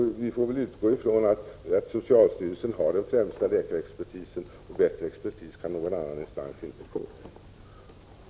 Vi får väl utgå ifrån att socialstyrelsen har den bästa läkarexpertisen, och bättre expertis kan någon annan instans inte få tillgång till.